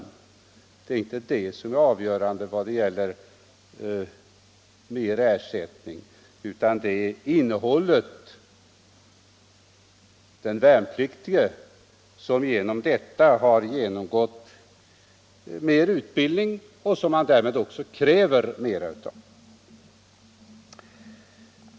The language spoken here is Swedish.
för värnpliktiga Det är inte det som är avgörande när det gäller krav på högre ersättning, m.fl. utan det är att den värnpliktige innan han fått dessa streck genomgått mer kvalificerad utbildning och att man därför också kräver mer av honom.